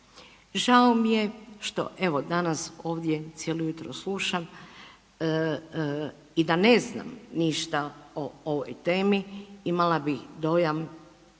Žao mi je što evo, danas ovdje cijelo jutro slušam i da ne znam ništa o ovoj temi, imala bih dojam